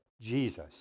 Jesus